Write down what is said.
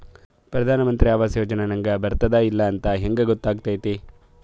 ಪ್ರಧಾನ ಮಂತ್ರಿ ಆವಾಸ್ ಯೋಜನೆ ನನಗ ಬರುತ್ತದ ಇಲ್ಲ ಅಂತ ಹೆಂಗ್ ಗೊತ್ತಾಗತೈತಿ?